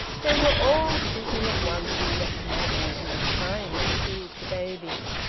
they were all speaking at once, except maggie, who was trying to soothe the baby.